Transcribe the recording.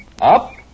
Up